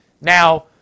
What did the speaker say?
Now